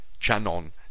Channon